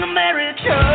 America